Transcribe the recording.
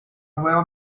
nueva